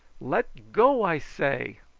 let go, i say.